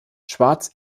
schwarz